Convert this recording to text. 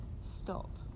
stop